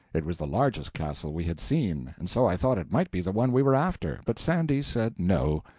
it was the largest castle we had seen, and so i thought it might be the one we were after, but sandy said no.